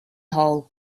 hole